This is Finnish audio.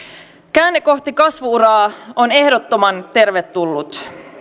käänne kohti kasvu uraa on ehdottoman tervetullut